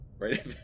right